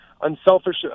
unselfish